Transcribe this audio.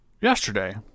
Yesterday